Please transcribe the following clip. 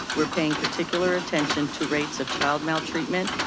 we're paying particular attention to rates of child maltreatment,